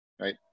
right